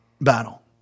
battle